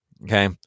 Okay